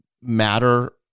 matter